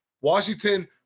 Washington